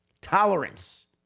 Tolerance